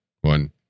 one